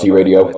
Radio